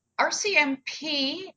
RCMP